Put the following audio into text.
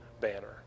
banner